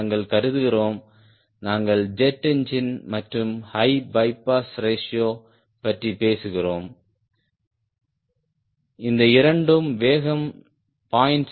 நாங்கள் கருதுகிறோம் நாங்கள் ஜெட் என்ஜின் மற்றும் ஹை பைபாஸ் ரேஷியோ பற்றி பேசுகிறோம் இந்த இரண்டும் வேகம் 0